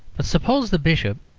but suppose the bishop,